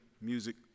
music